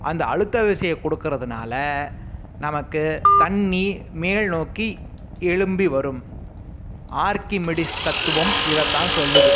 அந்த அழுத்த விசையை கொடுக்கிறதுனால நமக்கு தண்ணீர் மேல் நோக்கி எழும்பி வரும் ஆர்கிமிடிஸ் தத்துவம் இததான் சொல்லுது